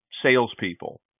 salespeople